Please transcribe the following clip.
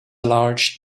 large